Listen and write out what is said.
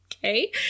okay